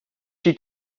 she